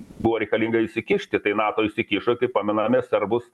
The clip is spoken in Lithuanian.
buvo reikalinga įsikišti tai nato įsikišo pamename serbus